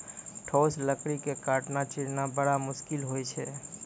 ठोस लकड़ी क काटना, चीरना बड़ा मुसकिल होय छै